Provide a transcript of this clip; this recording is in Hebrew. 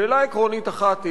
שאלה עקרונית אחת היא,